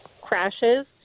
crashes